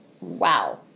Wow